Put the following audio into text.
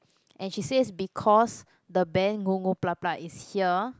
and she says because the band Goo-Goo-Gah-Gah blah blah is here